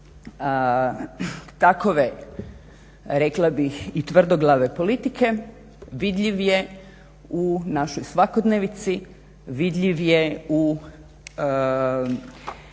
takve rekla bih i tvrdoglave politike vidljiv je u našoj svakodnevici, vidljiv je u